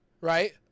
right